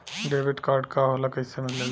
Debit card का होला कैसे मिलेला?